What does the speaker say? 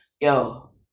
yo